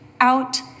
out